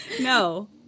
no